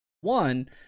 one